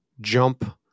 jump